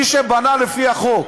עם מי שבנה לפי החוק.